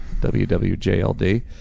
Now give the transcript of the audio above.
WWJLD